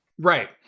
Right